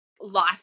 life